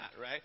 right